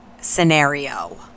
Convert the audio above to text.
scenario